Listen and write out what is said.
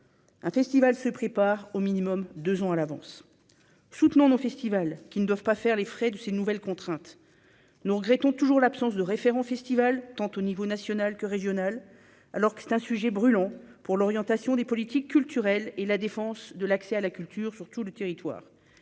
un festival se prépare au minimum 2 ans à l'avance, soutenons festival qui ne doivent pas faire les frais de ces nouvelles contraintes, nous regrettons toujours l'absence de référent festival tant au niveau national que régional, alors que c'est un sujet brûlant pour l'orientation des politiques culturelles et la défense de l'accès à la culture sur tout le territoire